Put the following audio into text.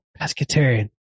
Pescatarian